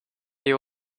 you